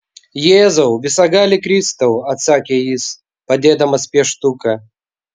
jėzau visagali kristau atsakė jis padėdamas pieštuką